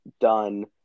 done